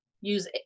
use